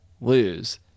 lose